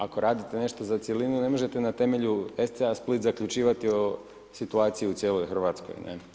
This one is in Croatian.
Ako radite nešto za cjelinu ne možete na temelju SC Split zaključivati o situaciji u cijeloj Hrvatskoj.